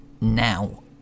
now